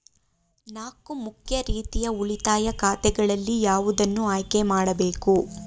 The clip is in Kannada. ನಾಲ್ಕು ಮುಖ್ಯ ರೀತಿಯ ಉಳಿತಾಯ ಖಾತೆಗಳಲ್ಲಿ ಯಾವುದನ್ನು ಆಯ್ಕೆ ಮಾಡಬೇಕು?